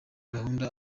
guhuma